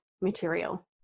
material